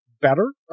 better